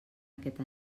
aquest